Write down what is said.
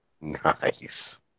Nice